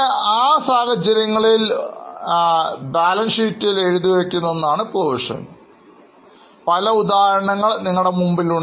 നാല് ഉദാഹരണങ്ങൾ നിങ്ങളുടെ മുമ്പിലുണ്ട് എന്നാൽ അതല്ലാതെ മറ്റൊരു ഉദാഹരണം പറയാമോ